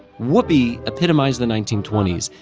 whoopee epitomized the nineteen twenty s,